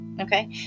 okay